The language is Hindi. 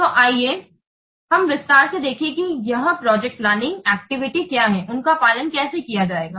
तो आइए हम विस्तार से देखें कि यह प्रोजेक्ट प्लानिंग एक्टिविटी क्या है उनका पालन कैसे किया जाएगा